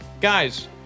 Guys